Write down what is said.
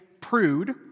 prude